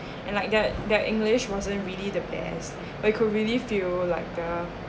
and like that their english wasn't really the best I could really feel like the